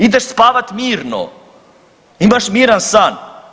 Ideš spavati mirno, imaš miran san.